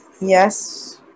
Yes